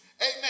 amen